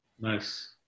Nice